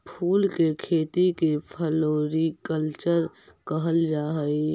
फूल के खेती के फ्लोरीकल्चर कहल जा हई